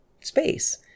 space